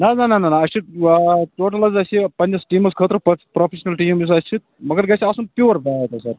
نَہ حظ نَہ نَہ نَہ اَسہِ چھِ ٹوٹل حظ اَسہِ پنٛنِس ٹیٖمس خٲطرٕ پرٛوفِشل ٹیٖم یُس اَسہِ چھُ مگر گَژھِ آسُن پیو بیٹ حظ سر